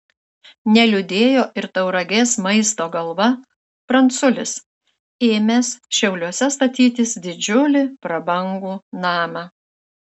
neliūdėjo ir tauragės maisto galva pranculis ėmęs šiauliuose statytis didžiulį prabangų namą